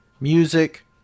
music